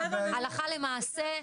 הלכה למעשה.